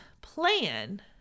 plan